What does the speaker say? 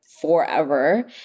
forever